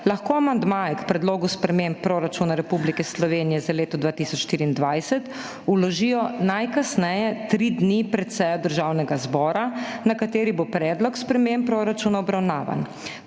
lahko amandmaje k predlogu sprememb proračuna Republike Slovenije za leto 2024 vložijo najkasneje tri dni pred sejo Državnega zbora, na kateri bo obravnavan predlog sprememb proračuna.